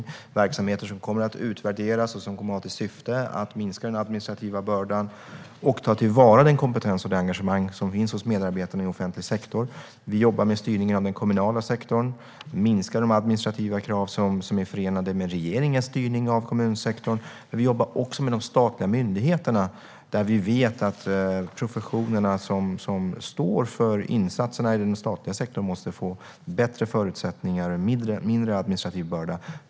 Det är verksamheter som kommer att utvärderas och som har till syfte att minska den administrativa bördan och ta till vara den kompetens och det engagemang som finns hos medarbetarna i offentlig sektor. Vi jobbar med styrningen av den kommunala sektorn för att minska de administrativa krav som är förenade med regeringens styrning av kommunsektorn. Men vi jobbar också med de statliga myndigheterna, där vi vet att professionerna som står för insatserna i den statliga sektorn måste få bättre förutsättningar och en mindre administrativ börda.